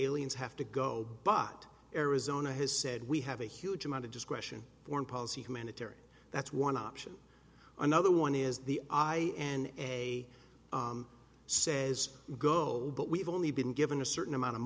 aliens have to go but arizona has said we have a huge amount of discretion foreign policy humanitarian that's one option another one is the i and a says go but we've only been given a certain amount of